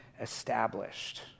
established